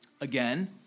Again